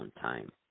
time